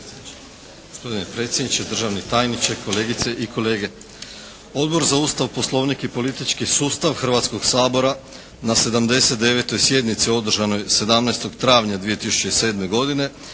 Gospodine predsjedniče, državni tajniče, kolegice i kolege. Odbor za Ustav, Poslovnik i politički sustav Hrvatskog sabora na 79. sjednici održanoj 17. travnja 2007. godine